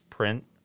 print